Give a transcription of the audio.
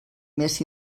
més